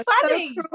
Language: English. funny